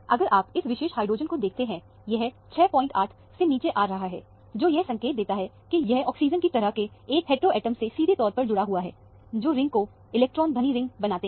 अगर आप इस विशेष हाइड्रोजन को देखते हैं यह 68 से नीचे आ रहा है जो यह संकेत देता है कि यह ऑक्सीजन की तरह के एक हेट्रोएटम से सीधे तौर पर जुड़ा हुआ है जो रिंग को इलेक्ट्रॉन धनी रिंग बनाते हैं